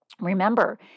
Remember